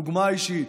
דוגמה אישית,